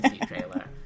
trailer